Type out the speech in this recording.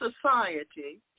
society